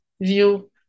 view